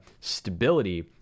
Stability